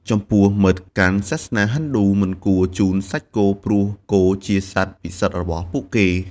ចំពោះមិត្តកាន់សាសនាហិណ្ឌូ មិនគួរជូនសាច់គោ ព្រោះគោជាសត្វពិសិដ្ឋរបស់ពួកគេ។